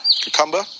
cucumber